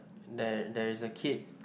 there there is a kid